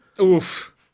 Oof